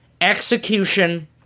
execution